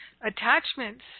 Attachments